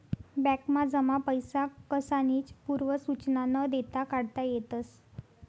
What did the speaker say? बॅकमा जमा पैसा कसानीच पूर्व सुचना न देता काढता येतस